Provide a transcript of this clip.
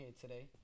today